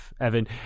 Evan